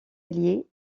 alliés